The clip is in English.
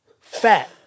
fat